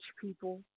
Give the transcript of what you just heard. people